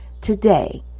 Today